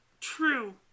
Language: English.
true